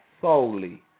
solely